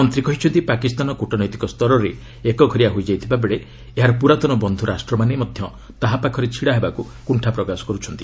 ମନ୍ତ୍ରୀ କହିଛନ୍ତି ପାକିସ୍ତାନ କ୍ରଟନୈତିକ ସ୍ତରରେ ଏକଘରିଆ ହୋଇଯାଇଥିବାବେଳେ ଏହାର ପୁରାତନ ବନ୍ଧୁ ରାଷ୍ଟ୍ରମାନେ ମଧ୍ୟ ତାହା ପାଖରେ ଛିଡ଼ା ହେବାକୁ କୁଷ୍ଠା ପ୍ରକାଶ କର୍ଛନ୍ତି